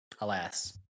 alas